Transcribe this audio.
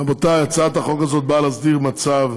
רבותי, הצעת החוק הזאת באה להסדיר מצב,